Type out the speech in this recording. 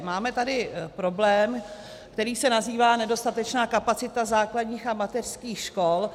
Máme tady problém, který se nazývá nedostatečná kapacita základních a mateřských škol.